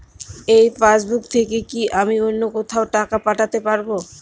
এই পাসবুক থেকে কি আমি অন্য কোথাও টাকা পাঠাতে পারব?